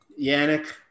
Yannick